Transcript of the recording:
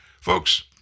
Folks